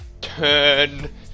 turn